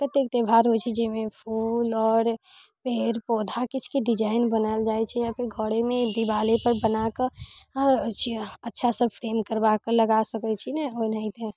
कते त्योहार होइ छै जाहिमे फूल आओर पेड़ पौधा किछुके डिजाइन बनायल जाइ छै या फिर घरेमे दीबालेपर बनाकऽ अच्छासँ फ्रेम करबाके लगा सकै छी ने ओनाहिते